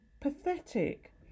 Pathetic